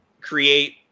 create